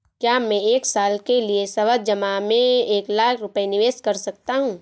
क्या मैं एक साल के लिए सावधि जमा में एक लाख रुपये निवेश कर सकता हूँ?